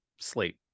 slate